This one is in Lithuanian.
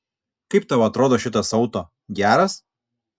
kaip tau atrodo šitas auto geras